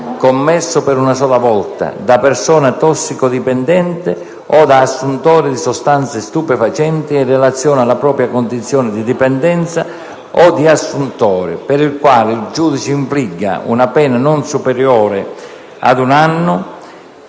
commesso, per una sola volta, da persona tossicodipendente o da assuntore abituale di sostanze stupefacenti e in relazione alla propria condizione di dipendenza o di assuntore abituale, per il quale il giudice infligga una pena non superiore ad un anno